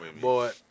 Boy